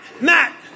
Matt